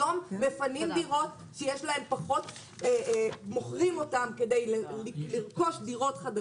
היום מפנים דירות שיש להן פחות מוכרים אותן כדי לרכוש דירות חדשות.